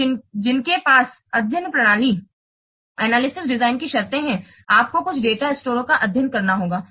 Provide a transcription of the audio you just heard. तो जिनके पास अध्ययन प्रणाली विश्लेषण डिजाइन की शर्तें हैं आपको कुछ डेटा स्टोरों का अध्ययन करना होगा